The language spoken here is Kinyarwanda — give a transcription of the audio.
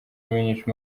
munich